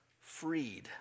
freed